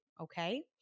okay